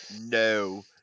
No